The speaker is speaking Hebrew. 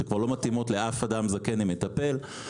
שכבר לא מתאימות לאף אדם זקן עם מטפל,